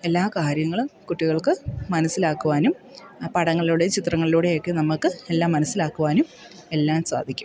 എല്ലാ കാര്യങ്ങളും കുട്ടികൾക്ക് മനസ്സിലാക്കുവാനും പടങ്ങളിലൂടെ ചിത്രങ്ങളിലൂടെയൊക്കെ നമുക്ക് എല്ലാം മനസ്സിലാക്കുവാനും എല്ലാം സാധിക്കും